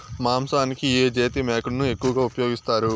మాంసానికి ఏ జాతి మేకను ఎక్కువగా ఉపయోగిస్తారు?